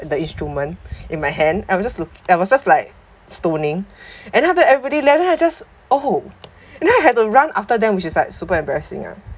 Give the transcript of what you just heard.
the instrument in my hand I was just look I was just like stoning and after everybody left I just oh and then I have to run after them which is like super embarrassing ah